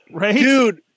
dude